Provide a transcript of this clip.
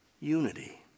unity